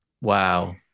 Wow